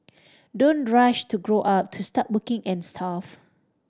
don't rush to grow up to start working and stuff